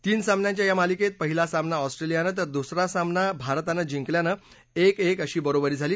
तीन सामन्यांच्या या मालिकेत पहिला सामना ऑस्ट्रेलियानं तर दुसरा सामना भारतानं जिंकल्यानं एक एक अशी बरोबरी झाली